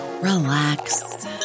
relax